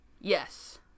Yes